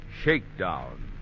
Shakedown